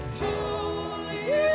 Holy